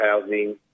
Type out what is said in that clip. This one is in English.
housing